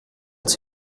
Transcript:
als